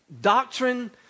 doctrine